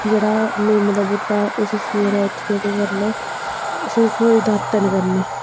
जेह्ड़ा निम्म दा बूह्टा ऐ उसी सवेरे उट्ठियै केह् करना उसी थोह्ड़ी दातन करनी